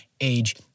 age